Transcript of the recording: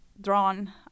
drawn